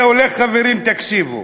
זה הולך, חברים, תקשיבו,